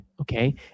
Okay